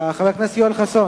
חבר הכנסת יואל חסון.